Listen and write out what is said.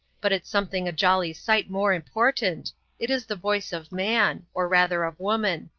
but it's something a jolly sight more important it is the voice of man or rather of woman.